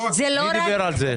מי דיבר על זה?